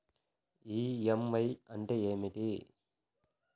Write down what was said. EMI అంటే ఏమిటి?